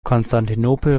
konstantinopel